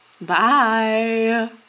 Bye